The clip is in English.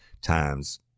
times